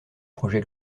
projet